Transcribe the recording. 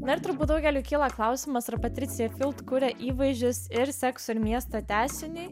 na ir turbūt daugeliui kyla klausimas ar patricija kuria įvaizdžius ir sekso ir miesto tęsinį